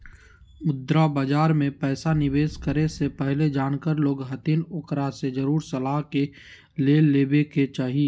मुद्रा बाजार मे पैसा निवेश करे से पहले जानकार लोग हथिन ओकरा से जरुर सलाह ले लेवे के चाही